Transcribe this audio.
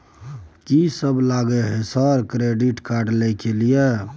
कि सब लगय हय सर क्रेडिट कार्ड लय के लिए?